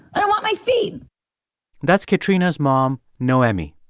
i don't want my feet that's katrina's mom, noemi.